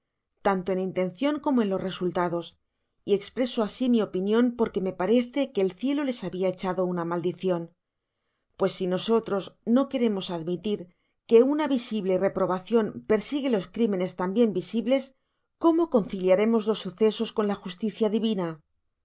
tanto en intencion como en los resultados y espreso asi mi opinien porque me parece que el cielo les habia echado una maldicion pues si nosotros no queremos admitir que una visible reprobacion persignelos crimenes tambien visibles cómo concillaremos lo sucesos con la justicia divina